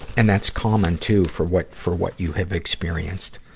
and that's common, too, for what, for what you have experienced.